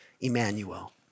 Emmanuel